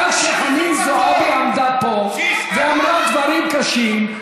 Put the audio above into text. גם כשחנין זועבי עמדה פה, ואמרה דברים קשים,